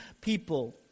people